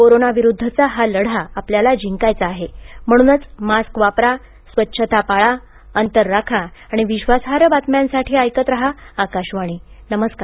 corona विरुद्धचा हा लढा आपल्याला जिंकायचा आहे म्हणूनच मास्क वापरा स्वच्छता पाळा अंतर राखा आणि विश्वासार्ह बातम्यांसाठी ऐकत रहा आकाशवाणी नमस्कार